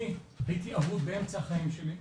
אני הייתי אבוד באמצע החיים שלי,